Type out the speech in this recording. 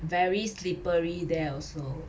very slippery there also